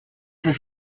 c’est